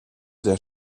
der